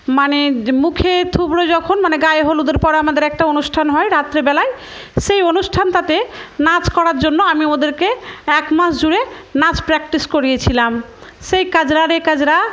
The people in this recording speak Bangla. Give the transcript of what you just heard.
মানে মুখে থুবড়ো যখন মানে গায়ে হলুদের পরে আমাদের একটা অনুষ্ঠান হয় রাত্রেবেলায় সেই অনুষ্ঠানটাতে নাচ করার জন্য আমি ওদেরকে এক মাস জুড়ে নাচ প্র্যাকটিস করিয়েছিলাম সেই কাজরা রে কাজরা